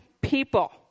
people